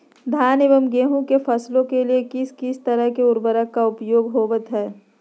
धान एवं गेहूं के फसलों के लिए किस किस तरह के उर्वरक का उपयोग होवत है?